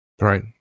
Right